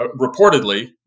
reportedly